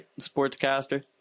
sportscaster